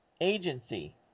Agency